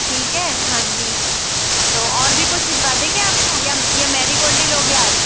ठीक है हाँ जी तो और भी कुछ भिजवा दें क्या आपको या या मैरीगोल्ड ही लोगे आप